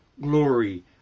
glory